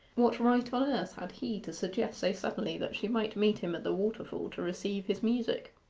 what right on earth had he to suggest so suddenly that she might meet him at the waterfall to receive his music?